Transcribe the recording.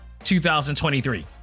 2023